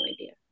idea